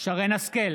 שרן מרים השכל,